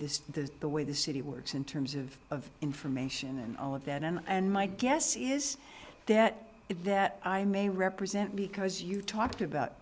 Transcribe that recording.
this is the way the city works in terms of of information and all of that and and my guess is that if that i may represent because you talked about